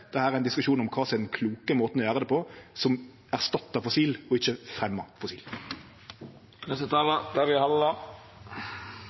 er ein diskusjon om kva som er den kloke måten å gjere det på, som erstattar fossil, ikkje fremjar fossil.